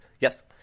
Yes